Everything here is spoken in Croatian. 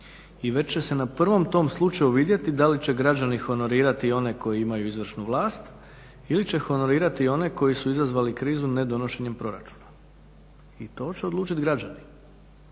i već će se na prvom tom slučaju vidjeti da li će građani honorirati one koji imaju izvršnu vlast, ili će honorirati one koji su izazvali krizu nedonošenjem proračuna, i to će odlučiti građani.